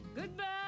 Goodbye